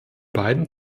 beiden